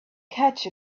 catch